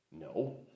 No